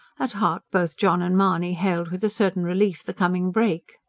at heart, both john and mahony hailed with a certain relief the coming break.